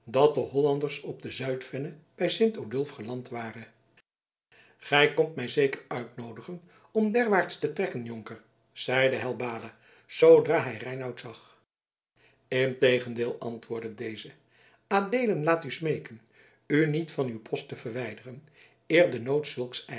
dat de hollanders op de zuidvenne bij sint odulf geland waren gij komt mij zeker uitnoodigen om derwaarts te trekken jonker zeide helbada zoodra hij reinout zag integendeel antwoordde deze adeelen laat u smeeken u niet van uw post te verwijderen eer de nood zulks